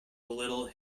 little